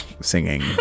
Singing